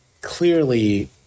clearly